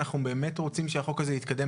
אנחנו באמת רוצים שהחוק הזה יתקדם